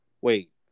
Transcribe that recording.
wait